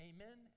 Amen